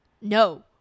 No